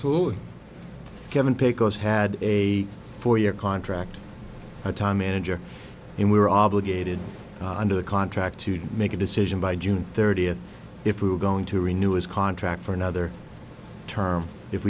absolutely kevin pecos had a four year contract time manager and we were obligated under the contract to make a decision by june thirtieth if we were going to renew his contract for another term if